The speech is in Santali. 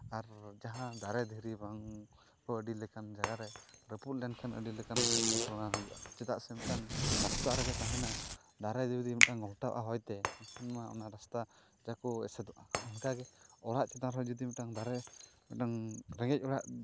ᱟᱨ ᱡᱟᱦᱟᱸ ᱫᱟᱨᱮ ᱫᱷᱤᱨᱤ ᱵᱟᱝ ᱟᱹᱰᱤ ᱞᱮᱠᱟᱱ ᱡᱟᱭᱜᱟ ᱨᱮ ᱨᱟᱹᱯᱩᱫ ᱞᱮᱱᱠᱷᱟᱱ ᱟᱹᱰᱤ ᱞᱮᱠᱟᱱ ᱮᱸᱴᱠᱮᱴᱚᱬᱮ ᱦᱩᱭᱩᱜᱼᱟ ᱪᱮᱫᱟᱜ ᱥᱮ ᱢᱤᱫᱴᱟᱝ ᱨᱟᱥᱛᱟ ᱨᱮᱜᱮ ᱛᱟᱦᱮᱱᱟ ᱫᱟᱨᱮ ᱡᱩᱫᱤ ᱢᱤᱫᱴᱟᱝ ᱜᱷᱚᱞᱴᱟᱜᱼᱟ ᱦᱚᱭ ᱛᱮ ᱮᱱᱠᱷᱟᱱ ᱢᱟ ᱚᱱᱟ ᱨᱟᱥᱛᱟ ᱡᱟ ᱠᱚ ᱮᱥᱮᱫᱚᱜᱼᱟ ᱚᱱᱠᱟᱜᱮ ᱚᱲᱟᱜ ᱪᱮᱛᱟᱱ ᱨᱮᱦᱚᱸ ᱡᱩᱫᱤ ᱢᱤᱫᱴᱟᱝ ᱫᱟᱨᱮ ᱢᱤᱫᱴᱟᱝ ᱨᱮᱸᱜᱮᱡ ᱚᱲᱟᱜ